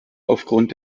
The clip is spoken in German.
aufgrund